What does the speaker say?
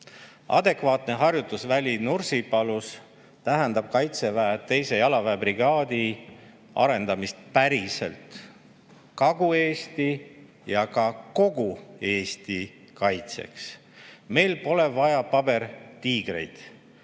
Adekvaatne harjutusväli Nursipalus tähendab Kaitseväe 2. jalaväebrigaadi arendamist päriselt Kagu-Eesti ja ka kogu Eesti kaitseks. Meil pole vaja pabertiigreid,